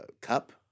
cup